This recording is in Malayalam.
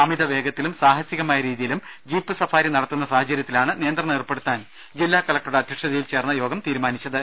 അമിതവേഗത്തിലും സാഹസികമായ രീതിയിലും ജീപ്പ് സഫാരി നടത്തുന്ന സാഹചര്യത്തിലാണ് നിയന്ത്രണം ഏർപ്പെടുത്താൻ ജില്ലാ കളക്ടറുടെ അധ്യക്ഷതയിൽ കളക്ടറേറ്റിൽ ചേർന്ന യോഗം തീരുമാനമെ ടുത്തത്